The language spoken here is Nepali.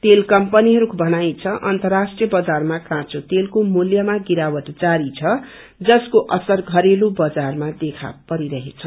तेल कम्पीहरूको भनाई छ अन्तराष्ट्रिय बजारमा काँचो तेलको मूल्यमा गिरावटा जारी छ जसको असर घरेलू बजारमा देखा परिरहेछ